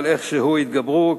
אבל איכשהו התגברו,